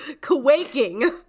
Quaking